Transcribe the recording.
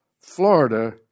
Florida